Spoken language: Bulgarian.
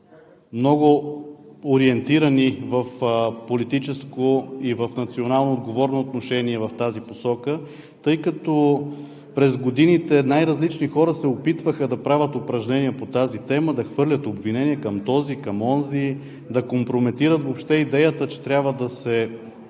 много ориентирани в политическо и в национално отговорно отношение в тази посока, тъй като през годините най-различни хора се опитваха да правят упражнения по тази тема, да хвърлят обвинения към този, към онзи, да компрометират въобще идеята, че трябва да се